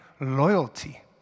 loyalty